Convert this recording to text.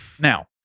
Now